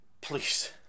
Please